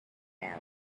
added